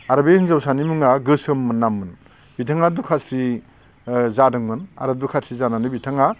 आरो बै हिनजावसानि मुङा गोसोम नाममोन बिथाङा दुखास्रि ओ जादोंमोन आरो दुखास्रि जानानै बिथाङा